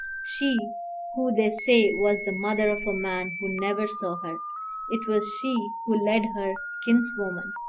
she who they say was the mother of a man who never saw her it was she who led her kinswoman,